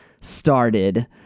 started